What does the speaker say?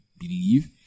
believe